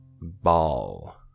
Ball